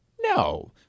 No